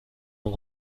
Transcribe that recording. von